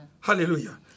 Hallelujah